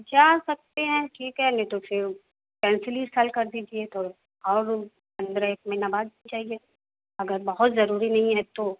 جا سکتے ہیں ٹھیک ہے نہیں تو پھر کینسل ہی اِس سال کر دیجیے تو اور روم پندرہ ایک مہینہ بعد جائیے اگر بہت ضروری نہیں ہے تو